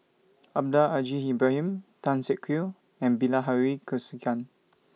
Almahdi Al Haj Ibrahim Tan Siak Kew and Bilahari Kausikan